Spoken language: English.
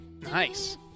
Nice